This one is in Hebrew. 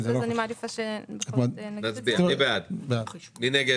כי זה נושא שאנחנו מטפלים